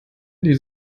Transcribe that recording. die